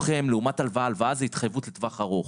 הלוואה זו התחייבות לטווח ארוך.